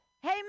Hey